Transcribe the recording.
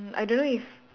mm I don't know if